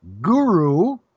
Guru